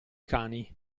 cani